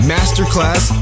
Masterclass